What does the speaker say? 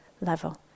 level